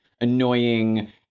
annoying